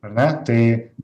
ar ne tai